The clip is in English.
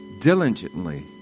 Diligently